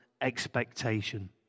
expectation